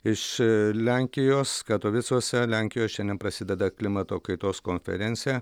iš lenkijos katovicuose lenkijoje šiandien prasideda klimato kaitos konferencija